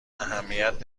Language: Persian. اهمیت